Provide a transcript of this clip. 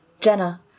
Jenna